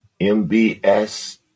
MBS